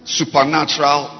supernatural